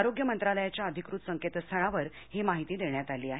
आरोग्य मंत्रालयाच्या अधिकृत संकेतस्थळावर ही माहिती देण्यात आली आहे